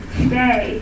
today